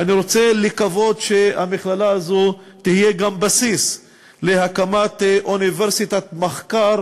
ואני רוצה לקוות שהמכללה הזו תהיה גם בסיס להקמת אוניברסיטת מחקר